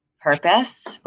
purpose